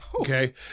okay